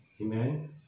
Amen